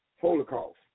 holocaust